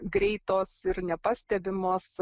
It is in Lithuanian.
greitos ir nepastebimos